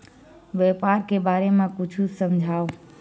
व्यापार के बारे म कुछु समझाव?